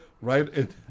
right